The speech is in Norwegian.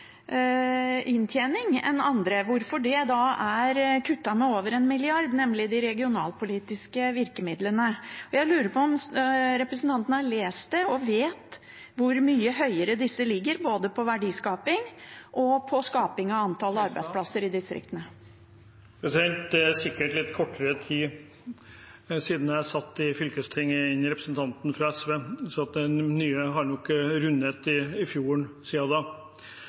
inntjening enn andre, er kuttet med over én milliard, nemlig de regionalpolitiske virkemidlene. Jeg lurer på om representanten har lest det og vet hvor mye høyere disse ligger, både når det gjelder verdiskaping og antall nye arbeidsplasser i distriktene? Det er sikkert litt kortere tid siden jeg satt i fylkestinget enn representanten fra SV, så mye vann har nok rent i fjorden siden da,